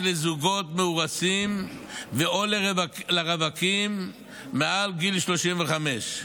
לזוגות מאורסים או לרווקים מעל גיל 35,